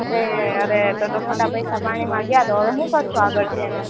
અરે અરે તો તો ખોટા પૈસા પાણીમાં ગયાં તો હવે શું કરશો આગળ પછી એનું